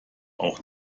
auch